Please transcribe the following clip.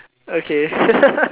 okay